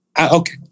okay